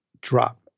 drop